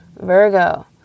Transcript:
virgo